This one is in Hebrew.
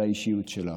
על האישיות שלך,